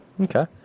okay